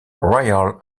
royal